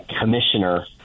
commissioner